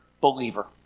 believer